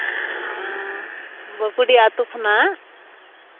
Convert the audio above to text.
ᱵᱟᱹᱯᱩᱰᱤ ᱟᱛᱳ ᱠᱷᱚᱱᱟᱜ